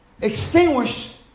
extinguish